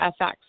FX